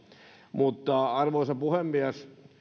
arvoisa puhemies